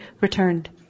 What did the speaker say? returned